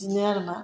बिदिनो आरोमा